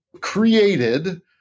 created